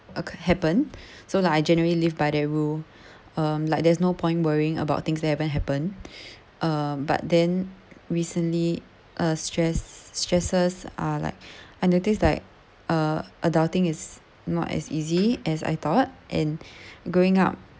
occ~ happened so like I generally live by the rule um like there's no point worrying about things that haven't happened um but then recently uh stress stresses are like I notice like uh adulting is not as easy as I thought and growing up